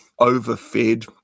overfed